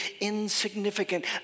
insignificant